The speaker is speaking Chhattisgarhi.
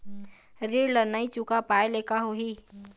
ऋण ला नई चुका पाय ले का होही?